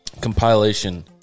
compilation